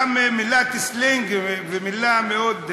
גם מילת סלנג ומילה מאוד,